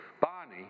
Barney